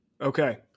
Okay